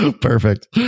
perfect